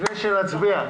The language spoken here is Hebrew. לפני שנצביע.